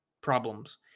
problems